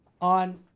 on